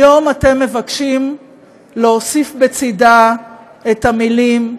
היום אתם מבקשים להוסיף בצידה את המילים: